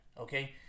Okay